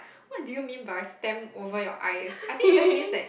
what do you mean by stamps over your eyes I think it just means that